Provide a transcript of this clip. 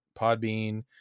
Podbean